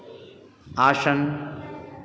आसन